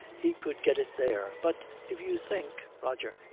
he could get it there. but if you think roger.